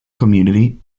community